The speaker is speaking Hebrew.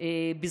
בכלכלת המדינה,